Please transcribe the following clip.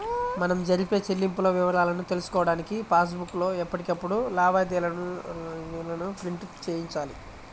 మనం జరిపే చెల్లింపుల వివరాలను తెలుసుకోడానికి పాస్ బుక్ లో ఎప్పటికప్పుడు లావాదేవీలను ప్రింట్ చేయించాలి